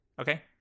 Okay